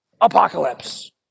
Apocalypse